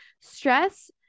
stress